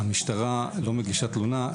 המשטרה לא מגישה תלונה.